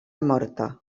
morta